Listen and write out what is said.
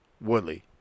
Woodley